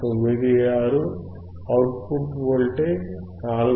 96 output voltage 4